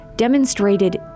demonstrated